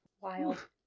wild